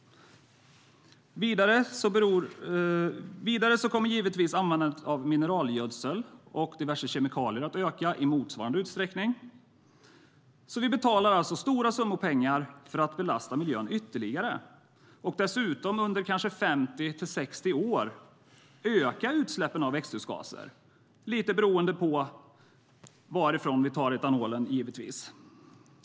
Vidare kommer givetvis användandet av mineralgödsel och diverse kemikalier att öka i motsvarande utsträckning. Vi betalar alltså stora summor pengar för att belasta miljön ytterligare och dessutom under kanske 50-60 år öka utsläppen av växthusgaser. Det är givetvis lite beroende på varifrån vi tar etanolen.